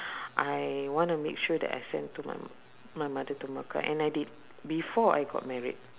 I wanna make sure that I send to my my mother to mecca and I did before I got married